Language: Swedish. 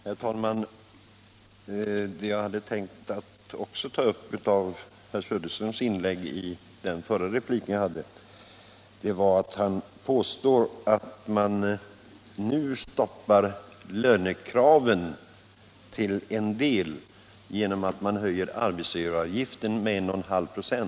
Herr talman! Det jag hade tänkt att ta upp ytterligare av herr Söderströms inlägg i min förra replik var att han påstår att lönekraven nu stoppas till en del genom höjningen av arbetsgivaravgiften med 1,5 96.